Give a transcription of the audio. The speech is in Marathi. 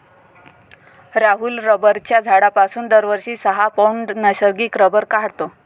राहुल रबराच्या झाडापासून दरवर्षी सहा पौंड नैसर्गिक रबर काढतो